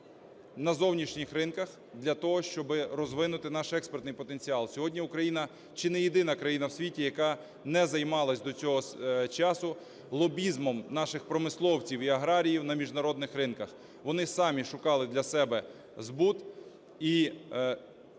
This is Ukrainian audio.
на зовнішніх ринках для того, щоби розвинути наш експортний потенціал. Сьогодні Україна чи не єдина країна в світі, яка не займалася до цього часу лобізмом наших промисловців і аграріїв на міжнародних ринках. Вони самі шукали для себе збут і